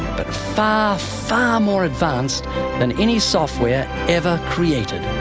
far, far more advanced than any software ever created.